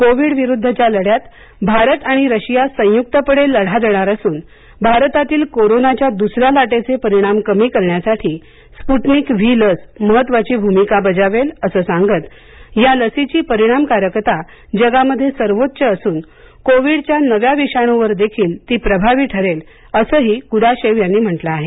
Covid विरुद्धच्या लढ्यात भारत आणि रशिया संयुक्तपणे लढा देणार असून भारतातील कोरोनाच्या दुस या लाटेचे परिणाम कमी करण्यासाठी स्पूटनिक व्ही लस महत्वाची भूमिका बजावेल असं सांगत या लसीची परिणामकारकता जगामध्ये सर्वोच्च असून कोविडच्या नव्या विषाणूवरदेखील ती प्रभावी ठरेल असंही कुडाशेव्ह यांनी म्हटलं आहे